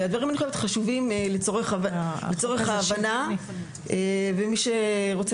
הדברים חשובים לצורך ההבנה ומי שרוצה,